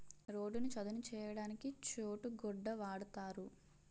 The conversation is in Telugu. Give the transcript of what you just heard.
రోడ్డును చదును చేయడానికి చోటు గొడ్డ వాడుతారు